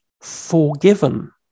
forgiven